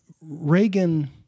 Reagan